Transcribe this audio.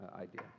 idea